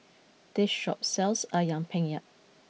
this shop sells Ayam Penyet